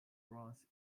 trust